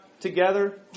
together